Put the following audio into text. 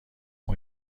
اون